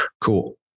Cool